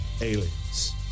Aliens